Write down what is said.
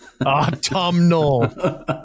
Autumnal